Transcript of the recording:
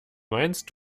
meinst